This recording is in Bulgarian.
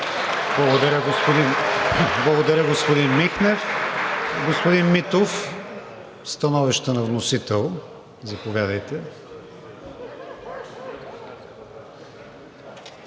Благодаря, господин Михнев. Господин Митов – становище на вносител. Заповядайте.